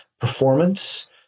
performance